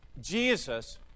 Jesus